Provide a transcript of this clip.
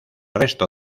resto